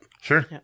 Sure